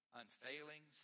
unfailing